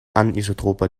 anisotroper